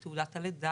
את תעודת הלידה,